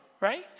right